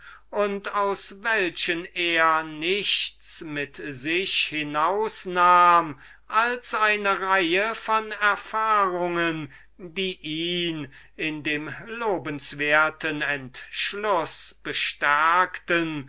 und aus welchem er nichts mit sich hinausnahm als eine reihe von erfahrungen welche ihn in dem entschluß bestärkten